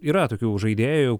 yra tokių žaidėjų